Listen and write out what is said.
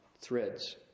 threads